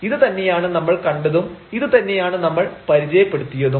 ഇതു തന്നെയാണ് നമ്മൾ കണ്ടതും ഇതു തന്നെയാണ് നമ്മൾ പരിചയപ്പെടുത്തിയതും